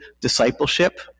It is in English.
discipleship